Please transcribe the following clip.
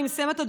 אני מסיימת,